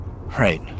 Right